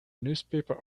newspaper